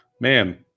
man